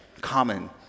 common